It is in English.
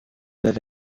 live